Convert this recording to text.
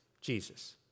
Jesus